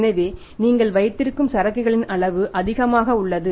எனவே நீங்கள் வைத்திருக்கும் சரக்குகளின் அளவு அதிகமாக உள்ளது